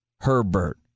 Herbert